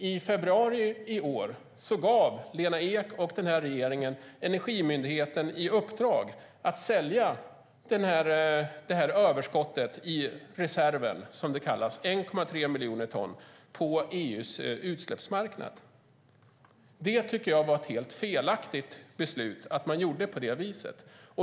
I februari i år gav Lena Ek och regeringen Energimyndigheten i uppdrag att sälja överskottet i den så kallade reserven, 1,3 miljoner ton, på EU:s utsläppsmarknad. Det tycker jag var ett helt felaktigt beslut.